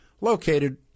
located